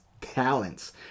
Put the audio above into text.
talents